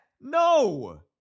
no